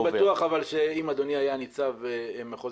אני בטוח שאם אדוני היה ניצב מחוז